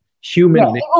human